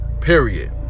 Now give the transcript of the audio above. Period